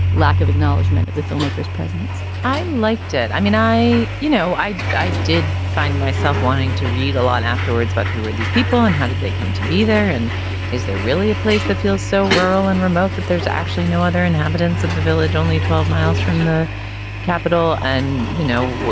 lack of acknowledgement of the filmmakers presence i liked it. i mean, i you know, i i did find myself wanting to read a lot afterwards about who are these people and how did they come to be there? and is there really a place that feels so rural and remote that there's. no other inhabitants of the village, only twelve miles from the capital. and, you know,